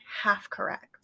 half-correct